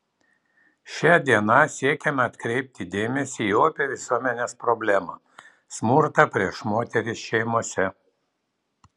šia diena siekiama atkreipti dėmesį į opią visuomenės problemą smurtą prieš moteris šeimose